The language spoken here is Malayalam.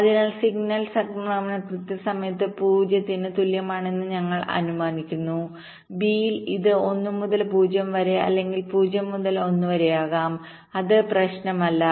അതിനാൽ സിഗ്നൽ സംക്രമണം കൃത്യസമയത്ത് 0 ന് തുല്യമാണെന്ന് ഞങ്ങൾ അനുമാനിക്കുന്നു b ൽ ഇത് 1 മുതൽ 0 അല്ലെങ്കിൽ 0 മുതൽ 1 വരെയാകാം അത് പ്രശ്നമല്ല